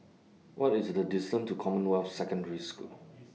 What IS The distance to Commonwealth Secondary School